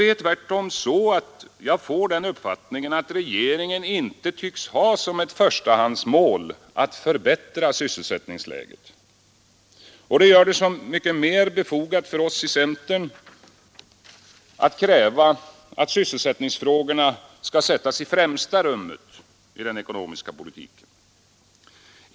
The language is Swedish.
Jag får tvärtom den uppfattningen att regeringen inte tycks ha som ett förstahandsmål att förbättra sysselsättningsläget. Det gör det så mycket mer befogat för oss i centern att kräva att sysselsättningsfrågorna skall sättas i främsta rummet i den ekonomiska politiken.